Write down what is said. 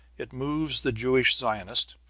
it moves the jewish zionist,